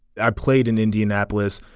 i played in indianapolis.